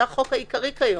זה החוק העיקרי כיום.